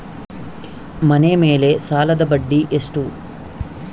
ಮನೆ ಮೇಲೆ ಸಾಲದ ಬಡ್ಡಿ ಎಷ್ಟು?